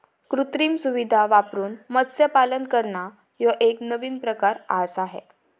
कृत्रिम सुविधां वापरून मत्स्यपालन करना ह्यो एक नवीन प्रकार आआसा हे